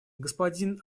господин